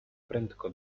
prędko